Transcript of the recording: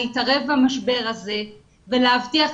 להתערב במשבר הזה ולהבטיח,